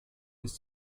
ist